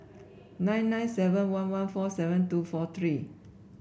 nine nine seven one one four seven two four three